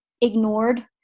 ignored